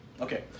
Okay